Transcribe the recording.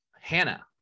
hannah